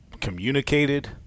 communicated